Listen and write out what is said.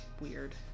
weird